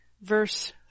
verse